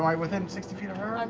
i within sixty feet of her? um